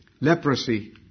leprosy